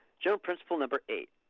general principle number eight.